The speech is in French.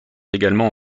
également